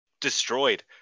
destroyed